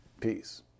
peace